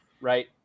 right